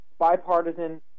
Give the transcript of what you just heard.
Bipartisan